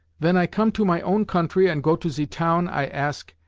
ven i come to my own country and go to ze town i ask,